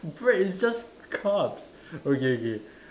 bread is just carbs okay okay